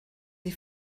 des